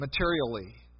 materially